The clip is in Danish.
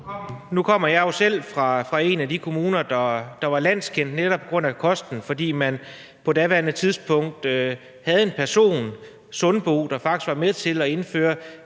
Nu kommer jeg jo selv fra en af de kommuner, der netop var landskendt på grund af kosten, fordi man på daværende tidspunkt havde en person, Sundbo, der faktisk var med til at indføre